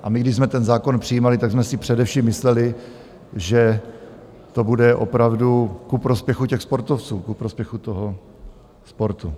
A když jsme zákon přijímali, tak jsme si především mysleli, že to bude opravdu ku prospěchu sportovců, ku prospěchu sportu.